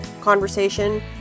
conversation